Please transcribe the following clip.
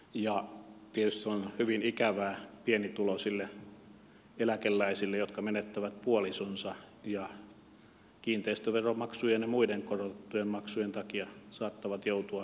tietysti se on hyvin ikävää pienituloisille eläkeläisille jotka menettävät puolisonsa ja kiinteistöveromaksujen ja muiden korotettujen maksujen takia saattavat joutua myymään kiinteistöjään syrjäseuduilla